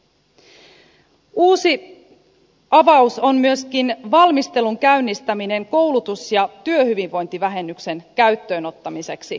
uusi avaus on myöskin valmistelun käynnistäminen koulutus ja työhyvinvointivähennyksen käyttöönottamiseksi yritysverotuksessa